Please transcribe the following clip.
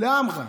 לעמך.